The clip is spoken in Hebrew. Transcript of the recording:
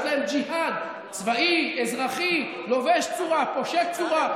יש להם ג'יהאד צבאי, אזרחי, לובש צורה, פושט צורה.